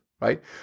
right